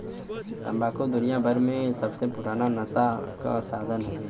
तम्बाकू दुनियाभर मे सबसे पुराना नसा क साधन हउवे